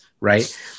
Right